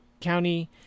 County